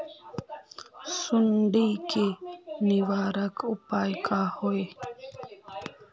सुंडी के निवारक उपाय का होए?